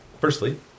Firstly